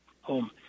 home